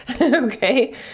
Okay